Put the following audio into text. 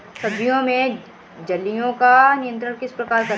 सब्जियों में इल्लियो का नियंत्रण किस प्रकार करें?